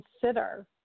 consider